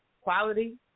Quality